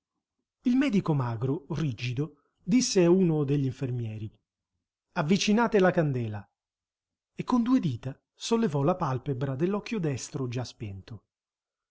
il medico magro rigido disse a uno degli infermieri avvicinate la candela e con due dita sollevò la palpebra dell'occhio destro già spento